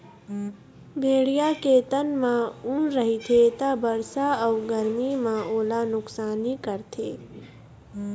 भेड़िया के तन म ऊन रहिथे त बरसा अउ गरमी म ओला नुकसानी करथे